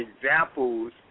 examples